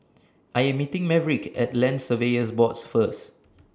I Am meeting Maverick At Land Surveyors Boards First